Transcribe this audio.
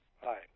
Hi